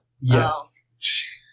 Yes